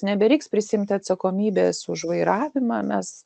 nebereiks prisiimti atsakomybės už vairavimą mes